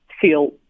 feel